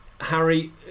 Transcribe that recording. Harry